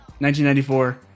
1994